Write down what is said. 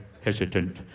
hesitant